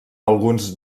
alguns